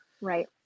Right